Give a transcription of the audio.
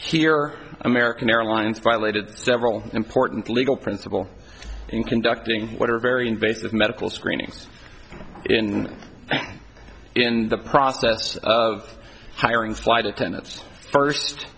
here american airlines violated several important legal principle in conducting what are very invasive medical screenings in in the process of hiring the flight attendants first